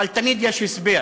אבל תמיד יש הסבר,